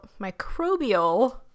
Microbial